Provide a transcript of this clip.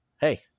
hey